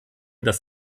dass